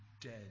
dead